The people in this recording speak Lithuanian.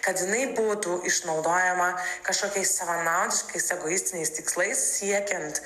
kad jinai būtų išnaudojama kažkokiais savanaudiškais egoistiniais tikslais siekiant